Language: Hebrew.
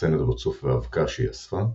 מאחסנת בו צוף ואבקה שהיא אספה,